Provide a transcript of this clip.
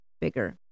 bigger